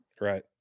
Right